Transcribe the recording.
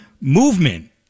movement